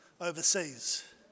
overseas